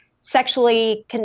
sexually